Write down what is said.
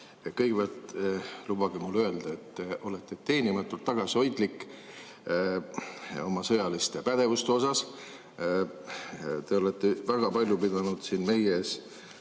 Kõigepealt lubage mul öelda, et te olete teenimatult tagasihoidlik oma sõjalise pädevuse suhtes. Te olete väga palju pidanud siin meie ees